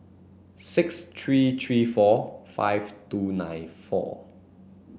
six three three four five two nine four